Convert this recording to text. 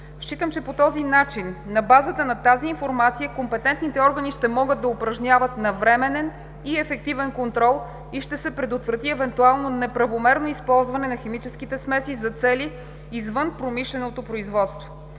Считам, че по този начин на базата на тази информация компетентните органи ще могат да упражняват навременен и ефективен контрол, и евентуално ще се предотврати неправомерно използване на химически смеси за целите на извън промишленото производство.